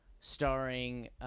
starring